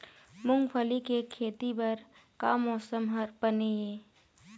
मूंगफली के खेती बर का मौसम हर बने ये?